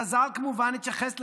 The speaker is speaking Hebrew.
חז"ל התייחסו,